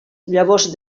llavors